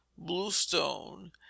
bluestone